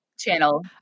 channel